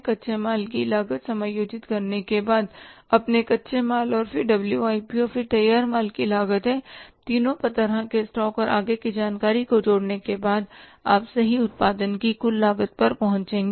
कच्चे माल की लागत समायोजित करने के बाद अपने कच्चे माल फिर डब्ल्यूआईपी फिर तैयार माल की लागत है तीनों तरह के स्टॉक और आगे की जानकारी को जोड़ने के बाद आप सही उत्पादन की कुल लागत पर पहुँचेंगे